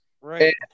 Right